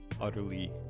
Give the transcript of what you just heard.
utterly